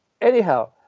Anyhow